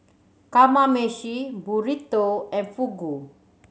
Kamameshi Burrito and Fugu